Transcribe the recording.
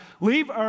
Leave